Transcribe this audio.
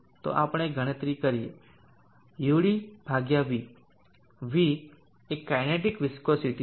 તો ચાલો ગણતરી કરીએ ud υ υ કાઇનેટિક વિસ્કોસીટી છે